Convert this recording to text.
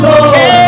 Lord